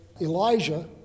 Elijah